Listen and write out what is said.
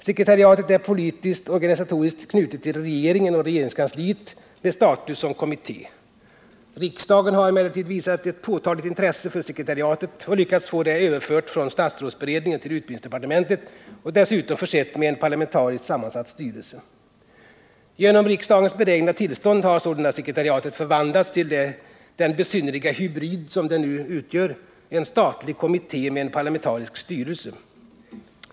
Sekretariatet är politiskt-organisatoriskt knutet till regeringen och regeringskansliet med status som kommitté. Riksdagen har emellertid visat ett påtagligt intresse för sekretariatet och lyckats få det överfört från statsrådsberedningen till utbildningsdepartementet. Dessutom har det försetts med en parlamentariskt sammansatt styrelse. Genom riksdagens benägna bistånd har sålunda sekretariatet förvandlats till den besynnerliga hybrid som det nu utgör: en statlig kommitté med en parlamentarisk styrelse.